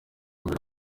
mbere